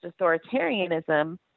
authoritarianism